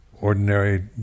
ordinary